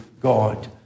God